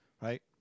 right